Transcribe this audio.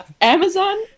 Amazon